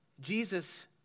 Jesus